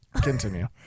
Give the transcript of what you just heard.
continue